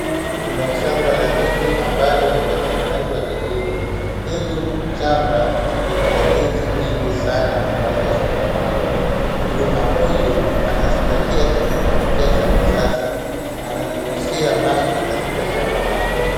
Kuna shamba la ndizi ambalo limetengenezwa vizuri. Hili shamba liko na ndizi nyingi sana ambazo zimepandwa. Mkulima huyu anazingatia teknolojia za kisasa. Ananyunyunyizia maji katika shamba lake.